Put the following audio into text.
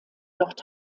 dort